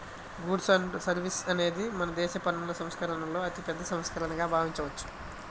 goods and services అనేది మనదేశ పన్నుల సంస్కరణలలో అతిపెద్ద సంస్కరణగా భావించవచ్చు